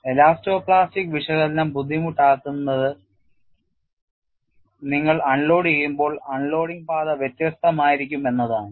elasto plastic വിശകലനം ബുദ്ധിമുട്ടാക്കുന്നത് നിങ്ങൾ അൺലോഡുചെയ്യുമ്പോൾ അൺലോഡിംഗ് പാത വ്യത്യസ്തമായിരിക്കും എന്നതാണ്